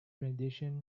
rendition